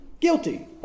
guilty